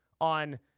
on